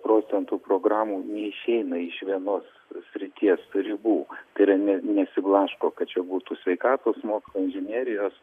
procenyų programų neišeina iš vienos srities ribų tai yra nesiblaško kad čia būtų sveikatos mokslai inžinerijos